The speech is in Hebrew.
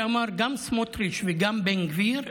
שאמרו גם סמוטריץ' וגם בן גביר,